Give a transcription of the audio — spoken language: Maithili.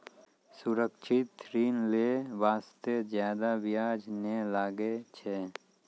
सुरक्षित ऋण लै बास्ते जादा बियाज नै लागै छै